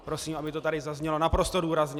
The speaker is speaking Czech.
Prosím, aby to tady zaznělo naprosto důrazně.